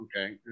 Okay